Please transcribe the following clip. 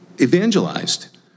evangelized